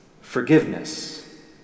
forgiveness